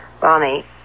Bonnie